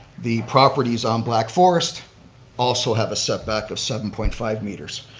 the properties on black forest also have a setback of seven point five meters,